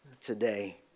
today